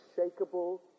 unshakable